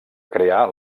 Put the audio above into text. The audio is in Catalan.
crear